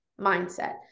mindset